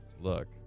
look